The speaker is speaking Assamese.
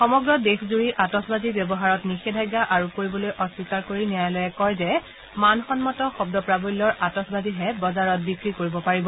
সমগ্ৰ দেশজুৰি আতচবাজি ব্যৱহাৰত নিষেধাজ্ঞা আৰোপ কৰিবলৈ অস্বীকাৰ কৰি ন্যায়ালয়ে কয় যে মানসন্মত শব্দ প্ৰাৱল্যৰ আচতবাজিহে বজাৰত বিক্ৰী কৰিব পাৰিব